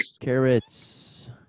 carrots